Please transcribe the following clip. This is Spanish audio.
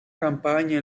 campaña